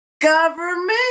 government